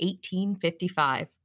1855